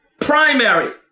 primary